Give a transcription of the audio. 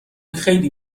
خیلی